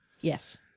Yes